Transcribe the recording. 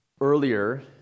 earlier